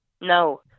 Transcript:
No